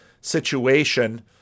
situation